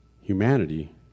humanity